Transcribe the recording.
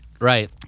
Right